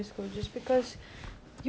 right you macam tak kisah